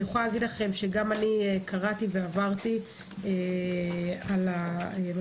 אני יכולה להגיד לכם שגם אני קראתי ועברתי על המסקנות,